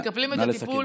שמקבלים את הטיפול